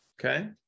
Okay